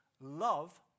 love